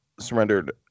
Surrendered